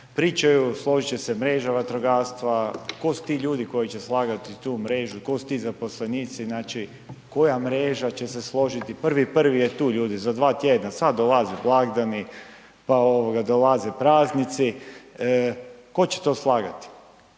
pričaju složit će se mreža vatrogastva, tko su ti ljudi koji će slagati tu mrežu tko su ti zaposlenici, znači koja mreža će se složiti, 1.1. je tu ljudi za dva tjedna, sad dolaze blagdani, pa ovoga dolaze praznici, ko će to slagati,